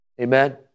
amen